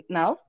now